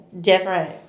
different